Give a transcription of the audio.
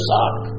suck